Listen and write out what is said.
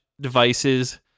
devices